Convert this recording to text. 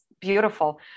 beautiful